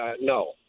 No